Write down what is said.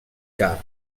car